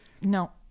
no